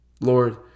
Lord